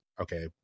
okay